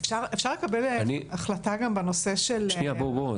אפשר לקבל החלטה גם בנושא של --- אל תתבלבלו,